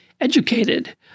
educated